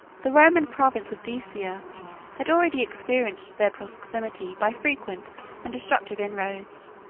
the roman province of dacia had already experienced their proximity by frequent and destructive inroads.